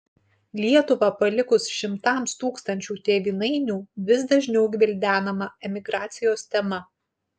lietuvą palikus šimtams tūkstančių tėvynainių vis dažniau gvildenama emigracijos tema